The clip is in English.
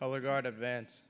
color guard advance